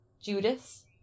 Judas